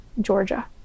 Georgia